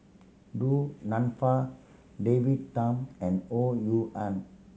Du Nanfa David Tham and Ho Rui An